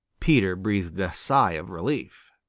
peter breathed a sigh of relief.